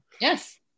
Yes